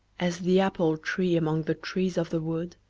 as the apple tree among the trees of the wood,